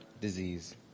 disease